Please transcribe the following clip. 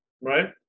right